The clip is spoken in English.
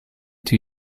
two